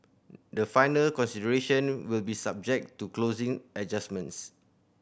the final consideration will be subject to closing adjustments